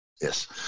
Yes